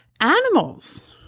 animals